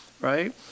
right